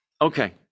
Okay